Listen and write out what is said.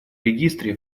регистре